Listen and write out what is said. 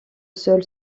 sol